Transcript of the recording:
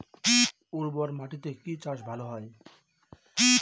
উর্বর মাটিতে কি চাষ ভালো হয়?